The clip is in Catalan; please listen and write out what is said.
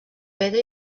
pedra